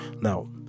Now